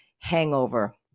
hangover